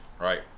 right